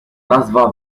nazwa